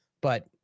but-